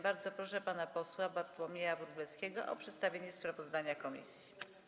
Bardzo proszę pana posła Bartłomieja Wróblewskiego o przedstawienie sprawozdania komisji.